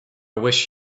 wish